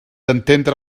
entendre